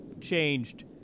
changed